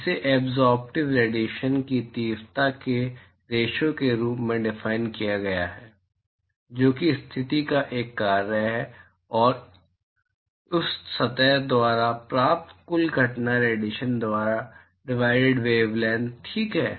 इसे absorptive radiation की तीव्रता के रेशिओ के रूप में डिफाइन किया गया है जो कि स्थिति का एक कार्य है और उस सतह द्वारा प्राप्त कुल घटना रेडिएशन द्वारा डिवाइडेड वेवलैंथ ठीक है